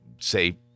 say